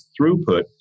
throughput